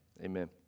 amen